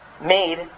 made